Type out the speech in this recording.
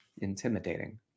intimidating